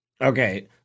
okay